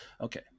Okay